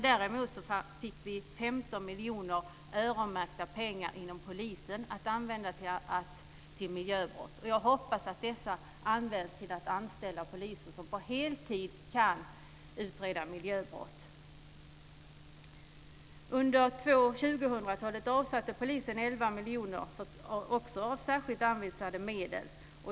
Däremot fick vi 15 miljoner, öronmärkta pengar inom polisen, att använda för bekämpning av miljöbrott. Jag hoppas att dessa används till att anställa poliser som på heltid kan utreda miljöbrott. Under 2000-talet avsatte polisen 11 miljoner, också av särskilt anvisade medel.